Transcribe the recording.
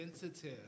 sensitive